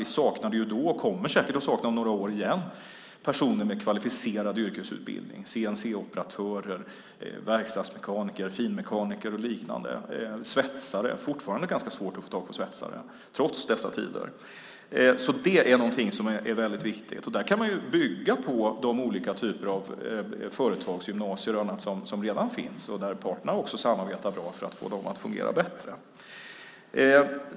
Vi saknade då, och kommer säkert att sakna om några år igen, personer med kvalificerad yrkesutbildning: CNC-operatörer, verkstadsmekaniker, finmekaniker, svetsare och liknande. Det är, trots dessa tider, fortfarande ganska svårt att få tag på svetsare. Detta är alltså något som är väldigt viktigt. Där kan man bygga på de olika typer av företagsgymnasier och annat som redan finns och där parterna också samarbetar bra för att få dem att fungera bättre.